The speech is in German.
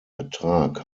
ertrag